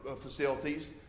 facilities